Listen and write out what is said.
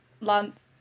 lance